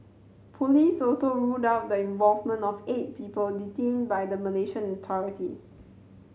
police also ruled out the involvement of eight people detained by the Malaysian authorities